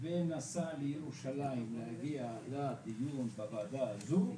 ונסע לירושלים להגיע לדיון בוועדה הזו,